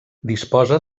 disposa